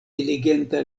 diligenta